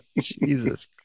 jesus